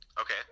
Okay